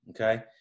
Okay